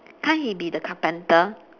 can't he be the carpenter